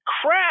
crap